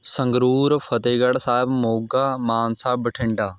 Sangrur Fatehgarh Sahib Moga Mansa Bathinda